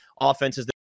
offenses